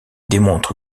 démontre